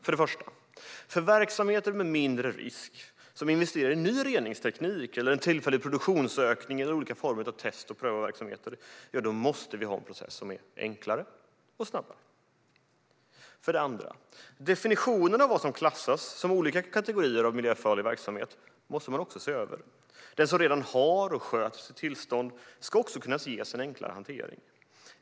För det första: För verksamheter med mindre risk såsom investeringar i ny reningsteknik, en tillfällig produktionsökning eller olika former av test eller provverksamhet måste vi ha en process som är enklare och snabbare. För det andra: Definitionen av vad som klassas som olika kategorier av miljöfarlig verksamhet måste ses över. Den som redan har och sköter sitt tillstånd ska kunna ges en enklare hantering.